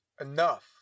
enough